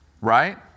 Right